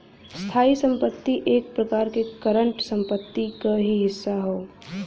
स्थायी संपत्ति एक प्रकार से करंट संपत्ति क ही हिस्सा हौ